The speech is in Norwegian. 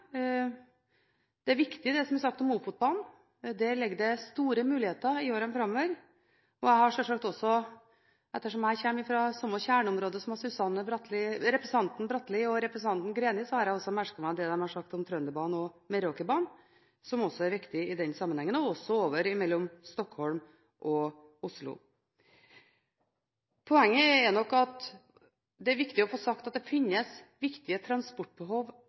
Det som har vært sagt om Ofotbanen, er viktig. Der ligger det store muligheter i årene framover. Jeg har sjølsagt også – ettersom jeg kommer fra samme kjerneområde som representantene Bratli og Greni – merket meg det de har sagt om Trønderbanen og Meråkerbanen, som er viktig i den sammenhengen, og også strekningen mellom Stockholm og Oslo. Poenget er at det er viktig å få sagt at det finnes viktige transportbehov